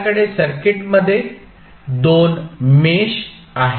आपल्याकडे सर्किटमध्ये दोन मेश आहेत